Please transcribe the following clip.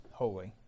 holy